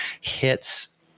hits